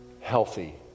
healthy